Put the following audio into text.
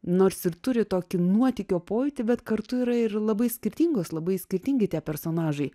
nors ir turi tokį nuotykio pojūtį bet kartu yra ir labai skirtingos labai skirtingi tie personažai